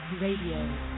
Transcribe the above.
Radio